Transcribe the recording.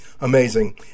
Amazing